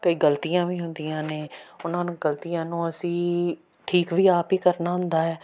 ਕਈ ਗਲਤੀਆਂ ਵੀ ਹੁੰਦੀਆਂ ਨੇ ਉਹਨਾਂ ਨੂੰ ਗਲਤੀਆਂ ਨੂੰ ਅਸੀਂ ਠੀਕ ਵੀ ਆਪ ਹੀ ਕਰਨਾ ਹੁੰਦਾ ਹੈ